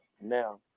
now